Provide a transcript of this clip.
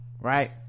right